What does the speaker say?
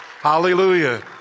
Hallelujah